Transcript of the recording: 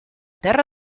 terra